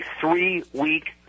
three-week